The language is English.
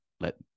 let